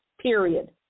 period